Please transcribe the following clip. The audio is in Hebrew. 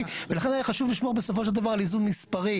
ולכן היה חשוב לשמור בסופו של דבר על איזון מספרי.